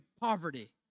poverty